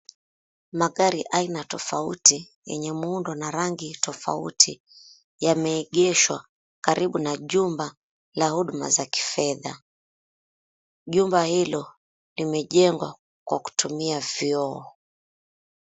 Magari aina tofauti yenye muundo na rangi tofauti yameegeshwa karibu na jumba la Huduma za kifedha . Jumba hilo limejengwa kwa kutumia vioo.